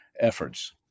efforts